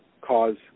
cause